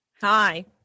Hi